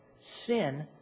sin